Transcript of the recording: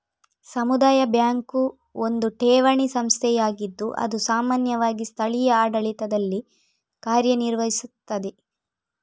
ಸಮುದಾಯ ಬ್ಯಾಂಕು ಒಂದು ಠೇವಣಿ ಸಂಸ್ಥೆಯಾಗಿದ್ದು ಅದು ಸಾಮಾನ್ಯವಾಗಿ ಸ್ಥಳೀಯ ಆಡಳಿತದಲ್ಲಿ ಕಾರ್ಯ ನಿರ್ವಹಿಸ್ತದೆ